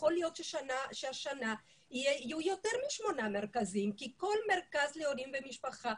יכול להיות שהשנה יהיו יותר משמונה מרכזים כי כל מרכז להורים ומשפחה,